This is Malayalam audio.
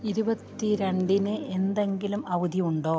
ഇരുപത്തി രണ്ടിന് എന്തെങ്കിലും അവധിയുണ്ടോ